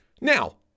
Now